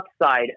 upside